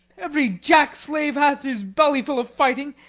every jackslave hath his bellyful of fighting,